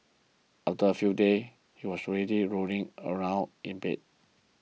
after a few days he was already rolling around in bed